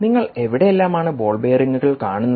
നിങ്ങൾ എവിടെയെല്ലാമാണ് ബോൾ ബെയറിംഗുകൾ കാണുന്നത്